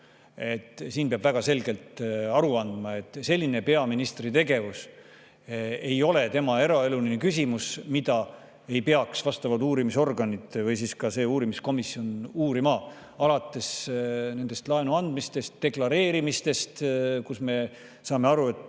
Peab väga selgelt aru andma, et peaministri selline tegevus ei ole tema eraeluline küsimus, mida ei peaks vastavad uurimisorganid või ka see uurimiskomisjon uurima. Alates nendest laenuandmistest, deklareerimistest, kus, me saame aru, on